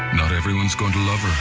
not everyone's going to love her.